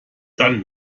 dann